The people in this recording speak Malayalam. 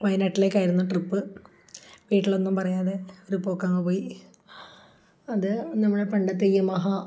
വയനാട്ടിലേക്കായിരുന്നു ട്രിപ്പ് വീട്ടിലൊന്നും പറയാതെ ഒരു പോക്കങ്ങു പോയി അതു നമ്മുടെ പണ്ടത്തെ യമഹ